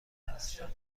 هستم